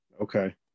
Okay